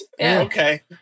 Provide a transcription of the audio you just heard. Okay